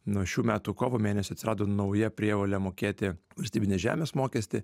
nuo šių metų kovo mėnesio atsirado nauja prievolė mokėti valstybinės žemės mokestį